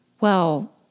Well-